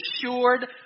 assured